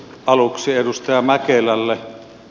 aluksi edustaja mäkelälle